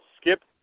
skip